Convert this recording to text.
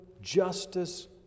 justice